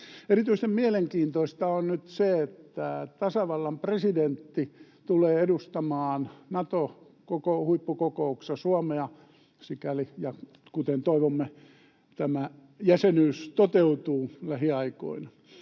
Erityisen mielenkiintoista on nyt se, että tasavallan presidentti tulee edustamaan Nato-huippukokouksessa Suomea, sikäli, kuten toivomme, tämä jäsenyys toteutuu lähiaikoina.